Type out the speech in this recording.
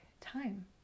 time